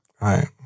right